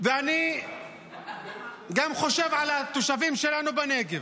ואני חושב גם על התושבים שלנו בנגב.